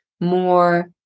more